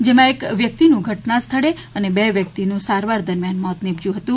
જેમાં એક વ્યક્તિનું ઘટનાસ્થળે અને બે જણાનું સારવાર દરમિયાન મોત નીપજ્યું હતું